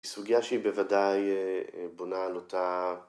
‫מסוגיה שהיא בוודאי בונה על אותה.